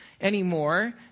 anymore